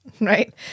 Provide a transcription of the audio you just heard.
right